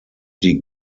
die